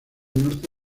norte